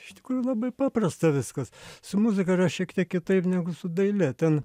iš tikrųjų labai paprasta viskas su muzika yra šiek tiek kitaip negu su daile ten